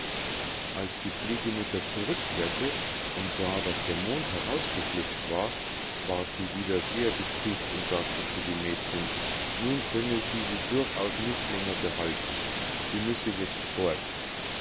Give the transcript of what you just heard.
als die pflegemutter zurückkehrte und sah daß der mond herausgeschlüpft war ward sie wieder sehr betrübt und sagte zu dem mädchen nun könne sie sie durchaus nicht länger behalten sie müsse jetzt fort